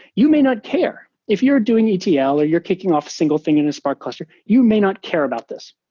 you may not care. if you're doing etl or you're kicking off a single thing in a spark cluster, you may not care about this.